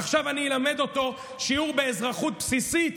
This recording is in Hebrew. עכשיו אני אלמד אותו שיעור באזרחות בסיסית,